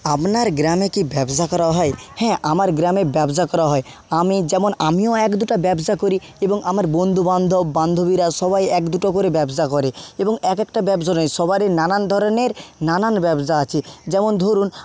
আপনার গ্রামে কি ব্যবসা করা হয় হ্যাঁ আমার গ্রামে ব্যবসা করা হয় আমি যেমন আমিও এক দুটো ব্যবসা করি এবং আমার বন্ধু বান্ধব বান্ধবীরা সবাই এক দুটো করে ব্যবসা করে এবং এক একটা ব্যবসা নয় সবারই নানান ধরণের নানান ব্যবসা আছে যেমন ধরুন